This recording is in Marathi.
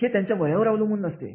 हे त्यांच्या वयावर अवलंबून नसते